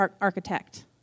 architect